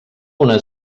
una